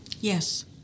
Yes